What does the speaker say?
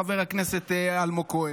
חבר הכנסת אלמוג כהן.